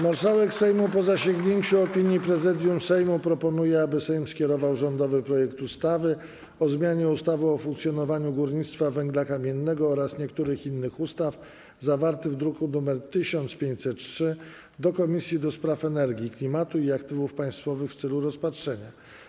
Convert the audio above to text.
Marszałek Sejmu, po zasięgnięciu opinii Prezydium Sejmu, proponuje, aby Sejm skierował rządowy projekt ustawy o zmianie ustawy o funkcjonowaniu górnictwa węgla kamiennego oraz niektórych innych ustaw, zawarty w druku nr 1503, do Komisji do Spraw Energii, Klimatu i Aktywów Państwowych w celu rozpatrzenia.